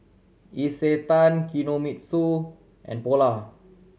Isetan Kinohimitsu and Polar